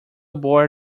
bored